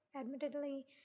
Admittedly